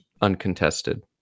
uncontested